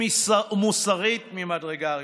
ומוסרית ממדרגה ראשונה.